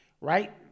right